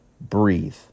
breathe